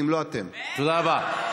אתם מאמצים את הרטוריקה של ערביי ישראל,